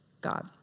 God